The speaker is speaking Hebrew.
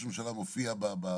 נמצא פה פרופסור